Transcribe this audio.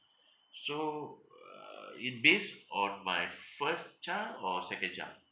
so uh it based on my first child or second child